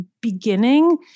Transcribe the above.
beginning